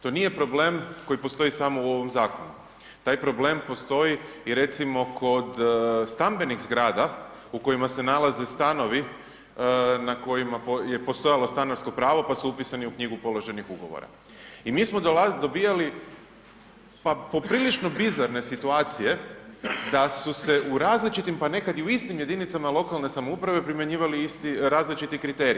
To nije problem koji postoji samo u ovom zakonu, taj problem postoji i recimo kod stambenih zgrada u kojima se nalaze stanovi na kojima je postojalo stanarsko pravo pa su upisani u knjigu položenih ugovora i mi smo dobivali pa poprilično bizarne situacije da su se u različitim pa nekad i u istim jedinicama lokalne samouprave primjenjivali različiti kriteriji.